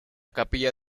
capilla